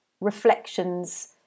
reflections